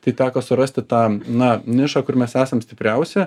tai teko surasti tą na nišą kur mes esam stipriausi